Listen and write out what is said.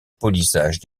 polissage